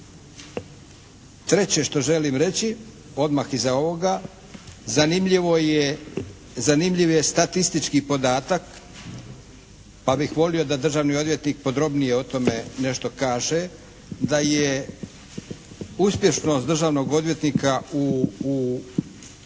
Treće što želim reći odmah iza ovoga. Zanimljiv je statistički podatak pa bih volio da državni odvjetnik podrobnije o tome nešto kaže, da je uspješnost državnog odvjetnika u